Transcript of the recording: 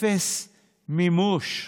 אפס מימוש.